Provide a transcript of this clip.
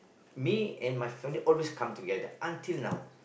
me and my family always come together until now